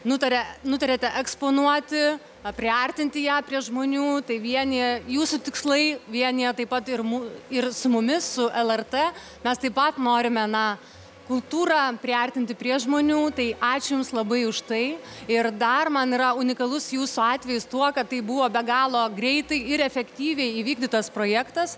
nutaria nutarėte eksponuoti priartinti ją prie žmonių tai vienija jūsų tikslai vienija taip pat ir mu ir su mumis su lrt mes taip pat norime na kultūrą priartinti prie žmonių tai ačiū jums labai už tai ir dar man yra unikalus jūsų atvejis tuo kad tai buvo be galo greitai ir efektyviai įvykdytas projektas